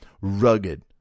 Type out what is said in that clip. rugged